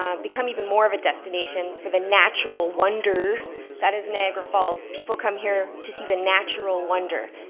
um become even more of a destination for the natural wonder that is niagara falls. people come here to see the natural wonder,